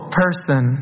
person